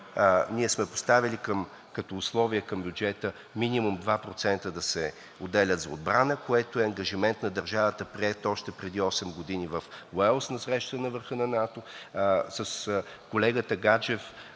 ние сме я поставяли като условие към бюджета минимум 2% да се отделят за отбрана, което е ангажимент на държавата, приет още преди осем години в Уелс на Среща на върха на НАТО. С колегата Гаджев